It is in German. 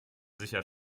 sicher